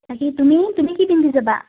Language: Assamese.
তাকেই তুমি তুমি কি পিন্ধি যাবা